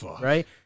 Right